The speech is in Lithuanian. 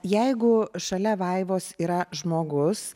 jeigu šalia vaivos yra žmogus